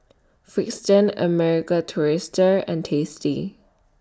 Frixion American Tourister and tasty